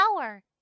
power